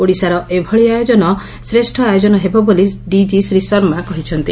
ଓଡ଼ିଶାର ଏଭଳି ଆୟୋଜନ ଶ୍ରେଷ୍ ଆୟୋଜନ ହେବ ବୋଲି ଡିକି ଶ୍ରୀ ଶର୍ମା କହିଛନ୍ତି